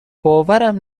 باورم